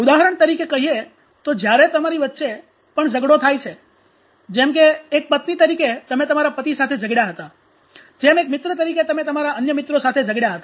ઉદાહરણ તરીકે કહીએ તો જ્યારે તમારી વચ્ચે પણ ઝગડો થાય છે જેમ એક પત્ની તરીકે તમે તમારા પતિ સાથે ઝગડયા હતા જેમ એક મિત્ર તરીકે તમે તમારા અન્ય મિત્રો સાથે ઝગડયા હતા